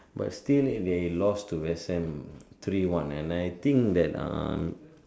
but still they lost to West Ham three one and I think that uh